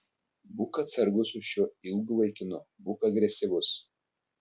būk atsargus su šiuo ilgu vaikinu būk agresyvus